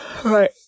right